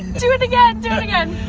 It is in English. do it again! do it again!